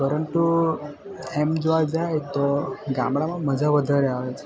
પરંતુ એમ જોવા જાય તો ગામડામાં મજા વધારે આવે છે